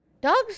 Dogs